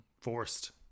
forced